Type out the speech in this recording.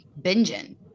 binging